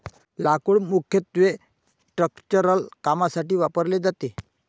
लाकूड मुख्यत्वे स्ट्रक्चरल कामांसाठी वापरले जाते